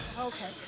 Okay